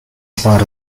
apart